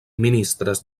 ministres